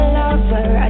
lover